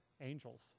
angels